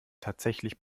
tatsächlich